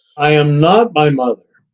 i am not my mother.